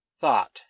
Thought